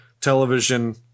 television